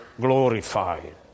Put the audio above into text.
glorified